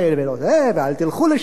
ואל תלכו לשם,